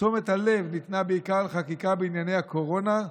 תשומת הלב ניתנה בעיקר לחקיקה בענייני הקורונה,